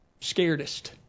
scaredest